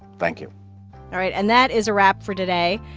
thank you all right. and that is a wrap for today.